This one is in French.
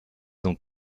dans